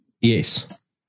Yes